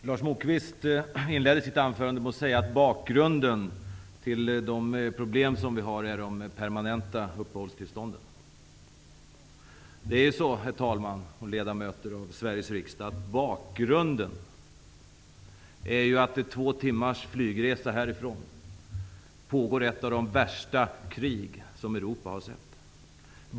Herr talman! Lars Moquist inledde sitt anförande med att säga att bakgrunden till de problem som vi har är de permanenta uppehållstillstånden. Herr talman! Ledamöter av Sveriges riksdag! Bakgrunden till problemen är att två timmars flygresa härifrån pågår ett av de värsta krig som Europa har sett.